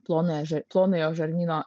plonąją plonojo žarnyno